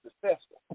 successful